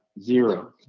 Zero